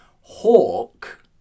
Hawk